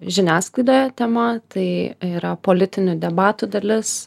žiniasklaidoje tema tai yra politinių debatų dalis